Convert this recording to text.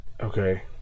Okay